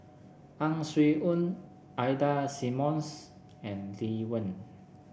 Ang Swee Aun Ida Simmons and Lee Wen